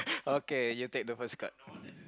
okay you take the first cut